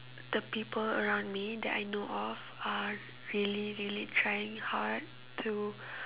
the people around me that I know of are really really trying hard to